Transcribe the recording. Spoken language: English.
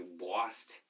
lost